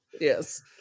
yes